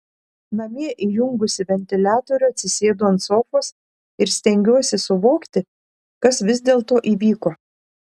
namie įjungusi ventiliatorių atsisėdu ant sofos ir stengiuosi suvokti kas vis dėlto įvyko